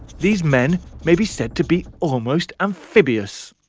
these men may be said to be almost amphibious.